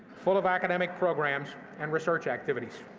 full of academic programs and research activities.